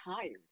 tired